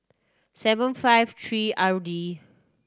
seven five three R D